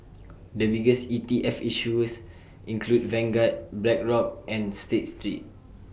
the biggest E T F issuers include Vanguard Blackrock and state street